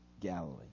Galilee